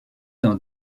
dans